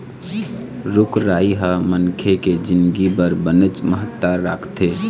रूख राई ह मनखे के जिनगी बर बनेच महत्ता राखथे